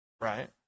Right